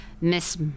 Miss